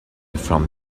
from